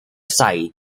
site